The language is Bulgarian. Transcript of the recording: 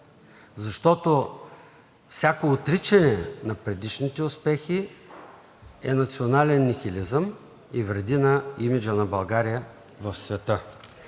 Защото всяко отричане на предишните успехи е национален нихилизъм и вреди на имиджа на България в света.